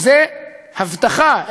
זה הבטחה,